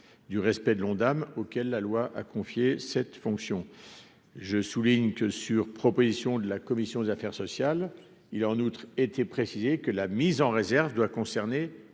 du respect de l'Ondam auquel la loi a confié cette fonction, je souligne que, sur proposition de la commission des affaires sociales, il a en outre été précisé que la mise en réserve doit concerner